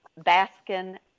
Baskin